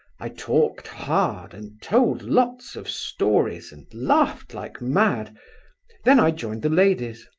i talked hard, and told lots of stories, and laughed like mad then i joined the ladies.